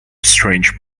strange